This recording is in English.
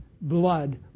blood